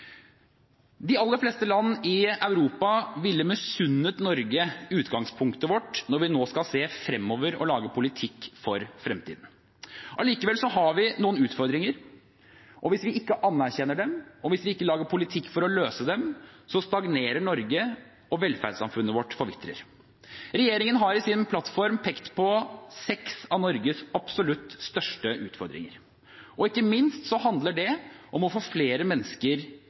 De aller fleste land i Europa ville misunnet Norge utgangspunktet vårt når vi nå skal se fremover og lage politikk for fremtiden. Allikevel har vi noen utfordringer, og hvis vi ikke anerkjenner dem, og hvis vi ikke lager politikk for å løse dem, stagnerer Norge, og velferdssamfunnet vårt forvitrer. Regjeringen har i sin plattform pekt på seks av Norges absolutt største utfordringer, og ikke minst handler det om å få flere mennesker